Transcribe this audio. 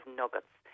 nuggets